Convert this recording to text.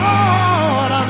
Lord